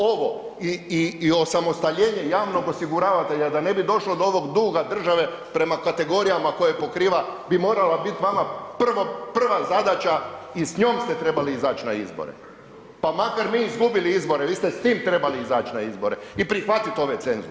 Ovo i osamostaljenje javnog osiguravatelja da ne bi došlo do ovog duga države prema kategorijama koje pokriva bi morala bit vama prvo, prva zadaća i s njom ste trebali izać na izbore, pa makar mi izgubili izbore, vi ste s tim trebali izać na izbore i prihvatit ove cenzuse.